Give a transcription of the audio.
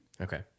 Okay